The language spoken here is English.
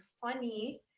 funny